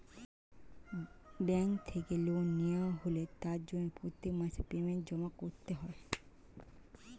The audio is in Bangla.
ব্যাঙ্ক থেকে লোন নেওয়া হলে তার জন্য প্রত্যেক মাসে পেমেন্ট জমা করতে হয়